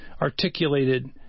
articulated